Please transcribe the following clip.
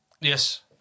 Yes